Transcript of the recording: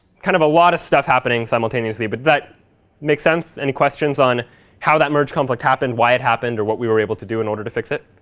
kind of a lot of stuff happening simultaneously, but that makes sense? any questions on how that merge complex happened, why it happened, or what we were able to do in order to fix it?